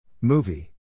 Movie